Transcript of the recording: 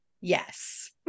Yes